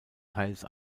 thales